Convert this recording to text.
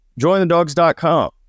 jointhedogs.com